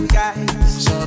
guys